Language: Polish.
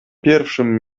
pierwszym